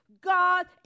God